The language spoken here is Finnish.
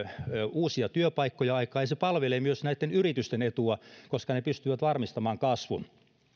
uusia työpaikkoja aikaan ja se palvelee myös näitten yritysten etua koska ne pystyvät varmistamaan kasvun